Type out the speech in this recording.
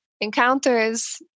encounters